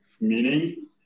meaning